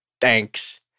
thanks